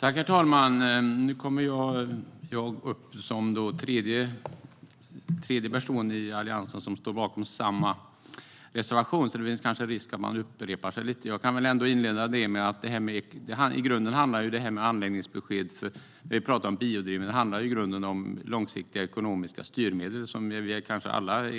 Herr talman! Jag kommer upp som tredje person i Alliansen som står bakom samma reservation, så det finns kanske risk för att man upprepar sig lite. Jag kan inleda med att anläggningsbesked för biodrivmedel i grunden handlar om långsiktiga ekonomiska styrmedel, som vi kanske alla